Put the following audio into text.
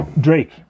Drake